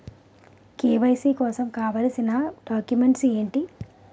KYC కోసం కావాల్సిన documents ఎంటి?